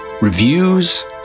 reviews